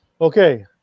Okay